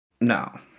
No